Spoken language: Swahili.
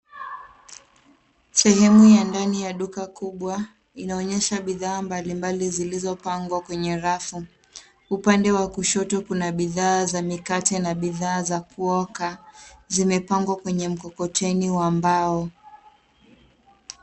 Sehemu ya ndani ya duka kubwa inaonyesha bidhaa mbalimbali zilizopangwa kwenye rafu. Upande wa kushoto kuna bidhaa za mikate na bidhaa za kuoka, zimepangwa kwenye mkokoteni wa mbao.